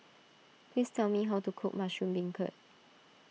please tell me how to cook Mushroom Beancurd